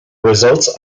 results